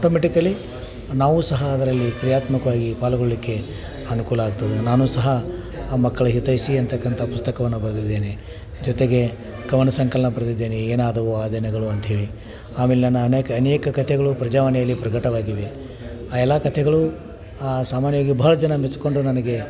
automatically ನಾವು ಸಹ ಅದರಲ್ಲಿ ಕ್ರಿಯಾತ್ಮಕವಾಗಿ ಪಾಲ್ಗೊಳ್ಳಲಿಕ್ಕೆ ಅನುಕೂಲ ಆಗ್ತದೆ ನಾನು ಸಹ ಆ ಮಕ್ಕಳ ಹಿತೈಷಿ ಅನ್ತಕ್ಕಂಥ ಪುಸ್ತಕವನ್ನು ಬರೆದಿದ್ದೇನೆ ಜೊತೆಗೆ ಕವನ ಸಂಕಲನ ಬರೆದಿದ್ದೇನೆ ಏನಾದವು ಆ ದಿನಗಳು ಅಂತ ಹೇಳಿ ಆಮೇಲೆ ನಾನು ಅನೇಕ ಅನೇಕ ಕತೆಗಳು ಪ್ರಜಾವಾಣಿಯಲ್ಲಿ ಪ್ರಕಟವಾಗಿವೆ ಆ ಎಲ್ಲ ಕತೆಗಳು ಸಾಮಾನ್ಯವಾಗಿ ಬಹಳ ಜನ ಮೆಚ್ಚಿಕೊಂಡು ನನಗೆ